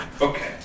Okay